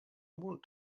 want